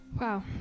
Wow